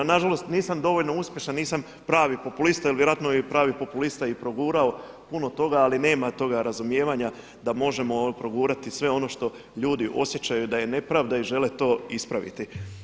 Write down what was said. Nažalost nisam dovoljno uspješan, nisam pravi populista jer vjerojatno bi pravi populista i progurao puno toga ali nema toga razumijevanja da možemo progurati sve ono što ljudi osjećaju da je nepravda i žele to ispraviti.